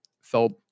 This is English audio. felt